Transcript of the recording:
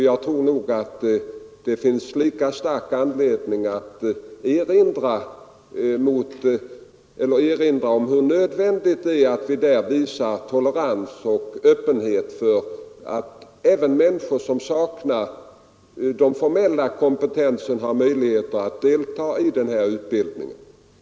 Jag tror att det finns lika stark anledning att erinra om hur nödvändigt det är att vi visar tolerans och öppenhet för att även människor, som saknar den formella kompetensen, har möjlighet att leda denna undervisning.